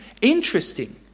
interesting